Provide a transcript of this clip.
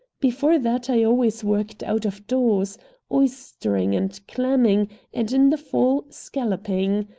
before that i always worked out-of-doors oystering and clamming and, in the fall, scalloping.